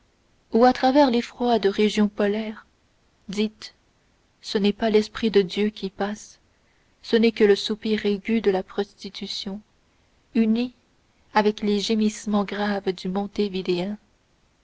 ou à travers les froides régions polaires dites ce n'est pas l'esprit de dieu qui passe ce n'est que le soupir aigu de la prostitution uni avec les gémissements graves du